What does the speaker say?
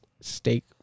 steak